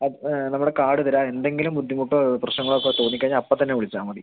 നമ്മുടെ കാഡ് തരാം എന്തെങ്കിലും ബുദ്ധിമുട്ടോ പ്രശ്നങ്ങളോ ഒക്കെ തോന്നി കഴിഞ്ഞാൽ അപ്പോൾ തന്നെ വിളിച്ചാൽ മതി